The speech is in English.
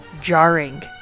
jarring